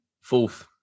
Fourth